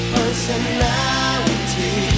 personality